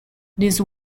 these